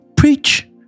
Preach